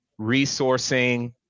resourcing